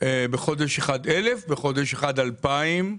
בחודש אחד 1,000 ובחודש אחר 2,000,